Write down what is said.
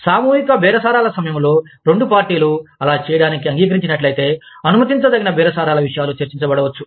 సామూహిక బేరసారాల సమయంలో రెండు పార్టీలు అలా చేయడానికి అంగీకరించినట్లయితే అనుమతించదగిన బేరసారాల విషయాలు చర్చించబడవచ్చు